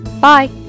Bye